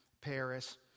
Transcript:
Paris